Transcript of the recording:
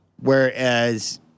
Whereas